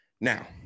Now